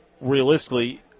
realistically